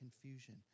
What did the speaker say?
confusion